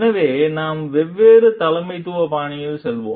எனவே நாம் வெவ்வேறு தலைமைத்துவ பாணிகளுக்கு செல்வோம்